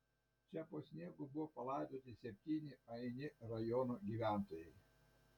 čia po sniegu buvo palaidoti septyni aini rajono gyventojai